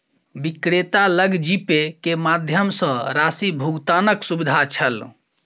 विक्रेता लग जीपे के माध्यम सॅ राशि भुगतानक सुविधा छल